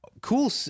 cool